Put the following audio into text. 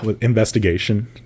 investigation